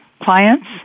clients